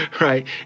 Right